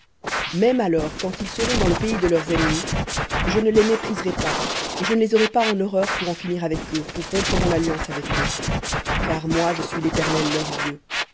même alors quand ils seront dans le pays de leurs ennemis je ne les mépriserai pas et je ne les aurai pas en horreur pour en finir avec eux pour rompre mon alliance avec eux car moi je suis l'éternel leur dieu